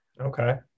Okay